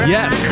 Yes